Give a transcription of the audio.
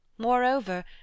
Moreover